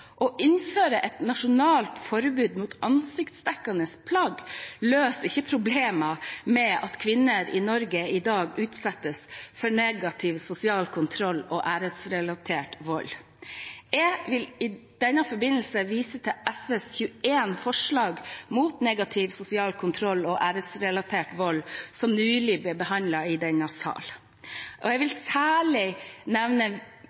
Å innføre et nasjonalt forbud mot ansiktsdekkende plagg løser ikke problemet med at kvinner i Norge i dag utsettes for negativ sosial kontroll og æresrelatert vold. Jeg vil i denne forbindelse vise til SVs 21 forslag mot negativ sosial kontroll og æresrelatert vold, som nylig ble behandlet i denne sal. Jeg vil særlig nevne